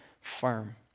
firm